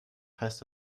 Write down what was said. heißt